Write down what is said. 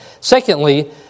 Secondly